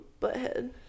butthead